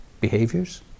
behaviors